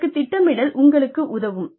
இதற்குத் திட்டமிடல் உங்களுக்கு உதவும்